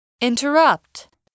Interrupt